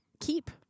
keep